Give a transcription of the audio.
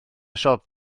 siop